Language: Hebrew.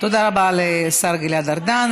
תודה רבה לשר גלעד ארדן.